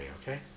Okay